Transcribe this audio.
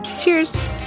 Cheers